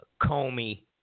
Comey